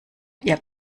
ihr